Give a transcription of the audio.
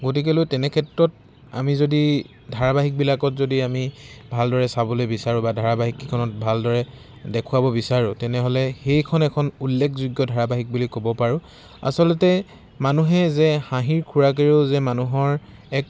গতিকেলৈ তেনেক্ষেত্ৰত আমি যদি ধাৰাবাহিকবিলাকত যদি আমি ভালদৰে চাবলৈ বিচাৰোঁ বা ধাৰাবাহিককেইখনত ভালদৰে দেখুৱাব বিচাৰোঁ তেনেহ'লে সেইখন এখন উল্লেখযোগ্য ধাৰাবাহিক বুলি ক'ব পাৰোঁ আচলতে মানুহে যে হাঁহিৰ খোৰাকেৰেও যে মানুহৰ